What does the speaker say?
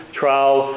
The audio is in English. trial